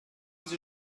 sie